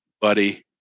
buddy